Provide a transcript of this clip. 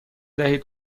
دهید